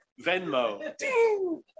venmo